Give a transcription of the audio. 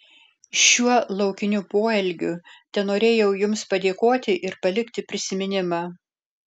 šiuo laukiniu poelgiu tenorėjau jums padėkoti ir palikti prisiminimą